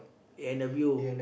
a-and-w